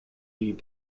need